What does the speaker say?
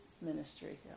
ministry